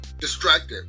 distracted